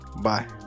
Bye